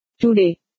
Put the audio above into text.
Today